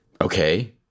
okay